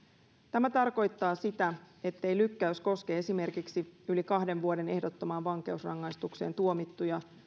tämä tarkoittaa sitä ettei lykkäys koske esimerkiksi yli kahden vuoden ehdottomaan vankeusrangaistukseen tuomittuja